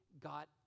got